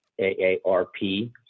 AARP